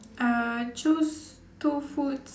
uh choose two foods